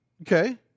okay